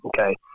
Okay